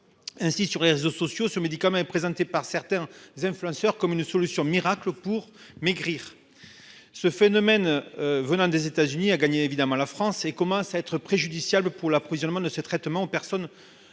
Ainsi sur les réseaux sociaux ce midi quand même présenté par certains influenceurs comme une solution miracle pour maigrir. Ce phénomène. Venant des États-Unis a gagné évidemment la France et commence à être préjudiciable pour l'approvisionnement de ces traitements personnes